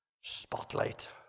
spotlight